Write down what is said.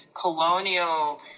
colonial